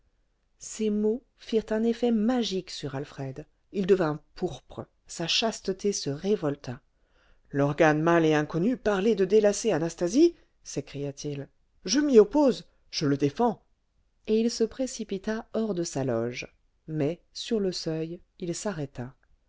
ces mots firent un effet magique sur alfred il devint pourpre sa chasteté se révolta l'organe mâle et inconnu parler de délacer anastasie s'écria-t-il je m'y oppose je le défends et il se précipita hors de sa loge mais sur le seuil il s'arrêta